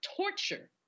torture